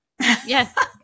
Yes